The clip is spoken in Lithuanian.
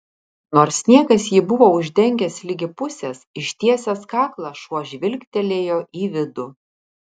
nors sniegas jį buvo uždengęs ligi pusės ištiesęs kaklą šuo žvilgtelėjo į vidų